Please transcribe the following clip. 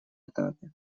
этапе